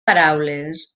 paraules